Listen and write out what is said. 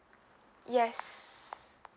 yes